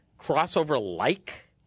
crossover-like